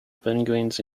penguins